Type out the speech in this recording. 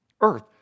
earth